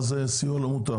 מה זה סיוע לא מותאם?